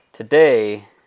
Today